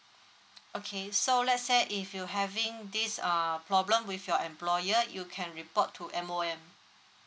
okay so let's say if you having this uh problem with your employer you can report to M_O_M